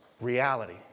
reality